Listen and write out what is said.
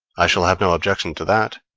i shall have no objection to that.